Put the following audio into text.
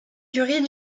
durée